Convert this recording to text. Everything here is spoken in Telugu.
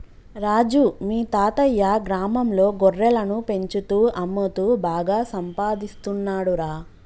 రాజు మీ తాతయ్యా గ్రామంలో గొర్రెలను పెంచుతూ అమ్ముతూ బాగా సంపాదిస్తున్నాడురా